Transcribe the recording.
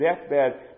deathbed